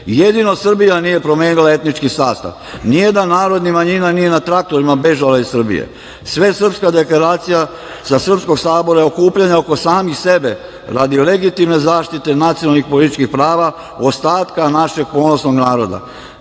jedino Srbija nije promenila etnički sastav, nijedan narod ni manjina nije na traktorima bežala iz Srbije. Svesrpska deklaracija sa srpskog sabora i okupljanja oko samih sebe, radi legitimne zaštite nacionalnih i političkih prava ostatka našeg ponosnog naroda.